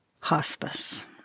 hospice